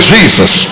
Jesus